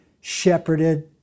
shepherded